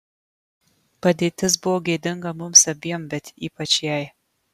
padėtis buvo gėdinga mums abiem bet ypač jai